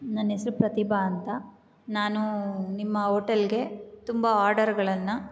ನನ್ನ ಹೆಸ್ರು ಪ್ರತಿಭಾ ಅಂತ ನಾನು ನಿಮ್ಮ ಓಟೆಲ್ಗೆ ತುಂಬ ಆರ್ಡರ್ಗಳನ್ನು